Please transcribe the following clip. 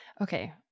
Okay